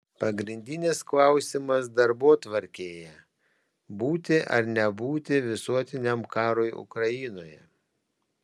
pagrindinis klausimas darbotvarkėje būti ar nebūti visuotiniam karui ukrainoje